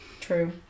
True